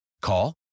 Call